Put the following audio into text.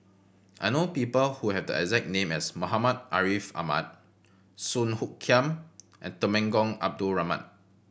I know people who have the exact name as Muhammad Ariff Ahmad Song Hoot Kiam and Temenggong Abdul Rahman